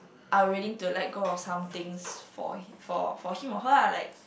are willing to let go of some things for him for for him or her ah like